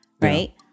right